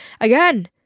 Again